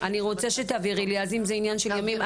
אם זה עניין של ימים,